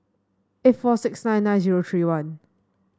eight four six nine nine zero three one